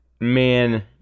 man